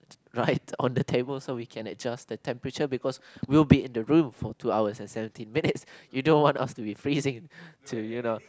right on the table so we can adjust the temperature because we'll be in the room for two hours and seventeen minutes you don't want us to be freezing too you know